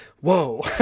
whoa